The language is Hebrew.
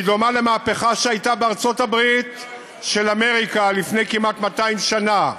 היא דומה למהפכה שהייתה בארצות-הברית של אמריקה לפני כמעט 200 שנה,